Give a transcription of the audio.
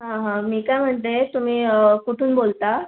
हां हां मी काय म्हणते तुम्ही कुठून बोलता